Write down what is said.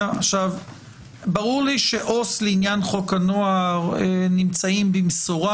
ברור לי שעובדים סוציאליים לעניין חוק הנוער נמצאים במסורה,